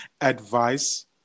advice